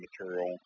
material